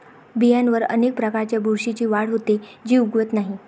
बियांवर अनेक प्रकारच्या बुरशीची वाढ होते, जी उगवत नाही